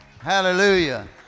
Hallelujah